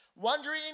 Wondering